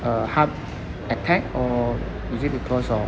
uh heart attack or is it because of